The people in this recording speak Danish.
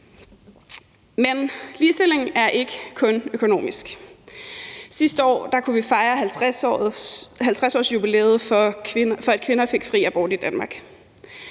Men ligestilling er ikke kun økonomisk. Sidste år kunne vi fejre 50-årsjubilæet for, at kvinder fik fri abort i Danmark.